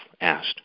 asked